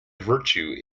virtue